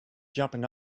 jumping